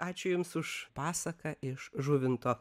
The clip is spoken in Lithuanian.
ačiū jums už pasaką iš žuvinto